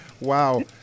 Wow